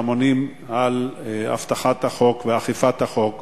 שאמונים על שמירת החוק ואכיפת החוק